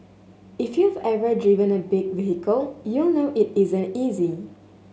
if you've ever driven a big vehicle you'll know it isn't easy